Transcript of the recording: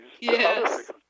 Yes